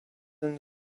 ant